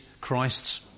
Christ's